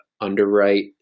underwrite